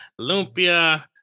lumpia